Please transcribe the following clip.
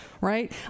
Right